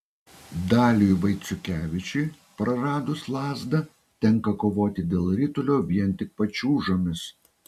daliui vaiciukevičiui praradus lazdą tenka kovoti dėl ritulio vien tik pačiūžomis